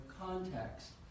context